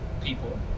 people